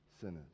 sinners